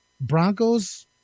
Broncos